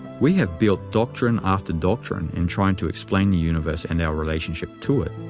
we have built doctrine after doctrine in trying to explain the universe and our relationship to it.